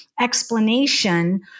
explanation